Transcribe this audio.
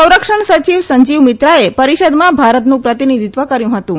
સંરક્ષણ સચિવ સંજીવ મિત્રાએ પરીષદમાં ભારતનું પ્રતિનિધિત્વ કર્યુ હતું